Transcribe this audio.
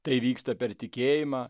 tai vyksta per tikėjimą